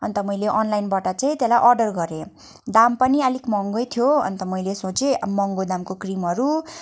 अन्त मैले अनलाइनबाट चाहिँ त्यसलाई अर्डर गरेँ दाम पनि आलिक महँगै थियो अन्त मैले सोचे महँगो दामको क्रिमहरू